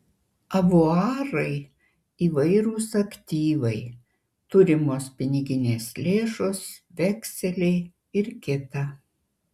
avuarai įvairūs aktyvai turimos piniginės lėšos vekseliai ir kita